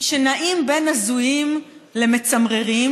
שנעים בין הזויים למצמררים,